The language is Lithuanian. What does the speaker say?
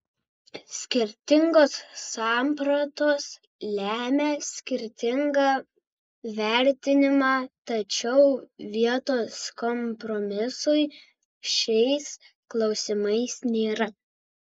skirtingos sampratos lemia skirtingą vertinimą tačiau vietos kompromisui šiais klausimais nėra